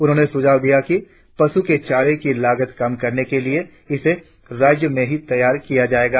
उन्होंने सुझाव दिया कि पशु के चारे की लागत कम करने के लिए इसे राज्य में ही तैयार किया जाएगा